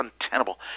untenable